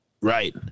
right